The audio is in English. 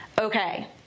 Okay